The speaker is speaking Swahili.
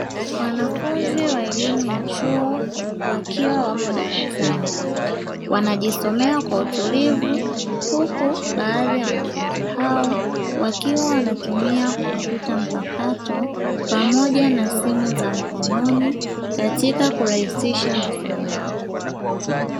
Wanafunzi wa elimu ya chuo wakiwa wapo darasani wanajisomea kwa utulivu, huku baadhi ya wanafunzi hao wakiwa wanatumia kompyuta mpakato pamoja na simu za mkononi katika kurahisisha masomo yao.